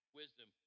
wisdom